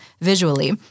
visually